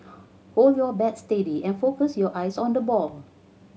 hold your bat steady and focus your eyes on the ball